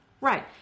Right